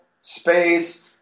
space